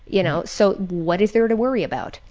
you know, so what is there to worry about?